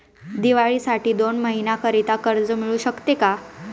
दिवाळीसाठी दोन महिन्याकरिता कर्ज मिळू शकते का?